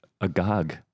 agog